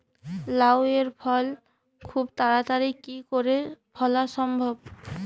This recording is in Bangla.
লাউ এর ফল খুব তাড়াতাড়ি কি করে ফলা সম্ভব?